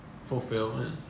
Fulfillment